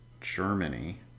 Germany